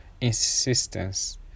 insistence